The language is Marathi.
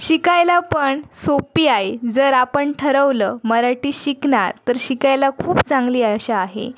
शिकायला पण सोपी आहे जर आपण ठरवलं मराठी शिकणार तर शिकायला खूप चांगली भाषा आहे